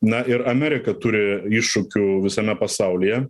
na ir amerika turi iššūkių visame pasaulyje